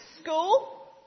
School